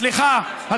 סליחה,